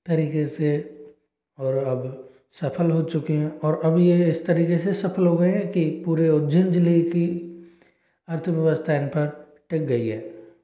तरीके से और अब सफल हो चुके हैं और अब यह इस तरीके सफल हो गए हैं कि पूरे उज्जैन ज़िले की अर्थव्यवस्था इन पर टिक गई है